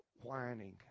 whining